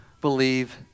believe